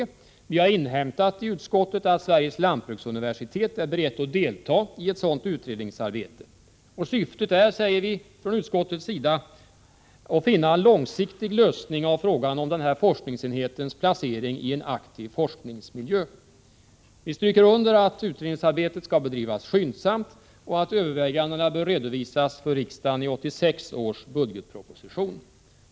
Utskottet har inhämtat att Sveriges lantbruksuniversitet är berett att delta i ett sådant utredningsarbete. Syftet är, säger utskottet, att finna en långsiktig lösning av frågan om denna forskningsenhets placering i en aktiv forskningsmiljö. Vi understryker att utredningsarbetet skall bedrivas skyndsamt och att övervägandena bör redovisas för riksdagen i 1986 års budgetproposition.